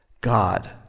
God